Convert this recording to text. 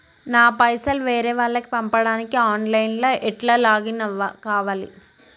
నా పైసల్ వేరే వాళ్లకి పంపడానికి ఆన్ లైన్ లా ఎట్ల లాగిన్ కావాలి?